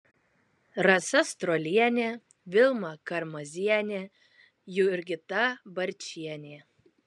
rasa strolienė vilma karmazienė jurgita barčienė